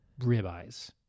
ribeyes